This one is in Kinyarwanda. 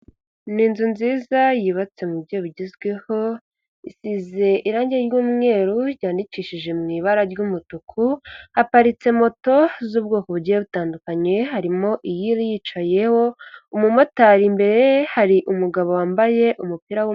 Ni inzu nziza yubatse mu buryo bigezweho, isize irangi ry'umweru ryandicyishije mu ibara ry'umutuku. Haparitse moto z'ubwoko bugiye butandukanye, harimo iyiri yicayeho umumotari imbere. Hari umugabo wambaye umupira w'umweru.